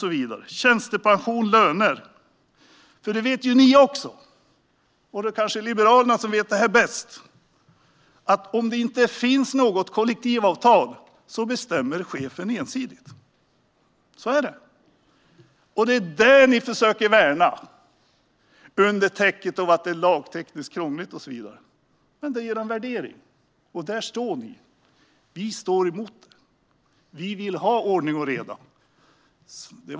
Där finns regler för tjänstepension och löner. Ni vet också - och det är kanske Liberalerna som vet det bäst - att om det inte finns något kollektivavtal bestämmer chefen ensidigt. Så är det. Det är detta ni försöker värna, under täckmanteln att det är lagtekniskt krångligt och så vidare. Men det är er värdering, och där står ni. Vi står emot det. Vi vill ha ordning och reda.